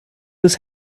this